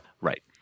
Right